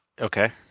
Okay